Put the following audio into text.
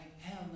hell